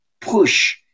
push